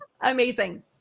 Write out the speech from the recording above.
Amazing